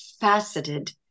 faceted